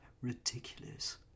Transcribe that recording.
ridiculous